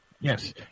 Yes